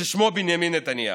ששמו בנימין נתניהו,